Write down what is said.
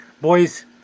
Boys